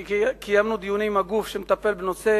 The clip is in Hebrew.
קיימנו דיונים עם הגוף שמטפל בנושא